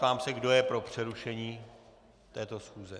Ptám se, kdo je pro přerušení této schůze.